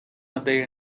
updated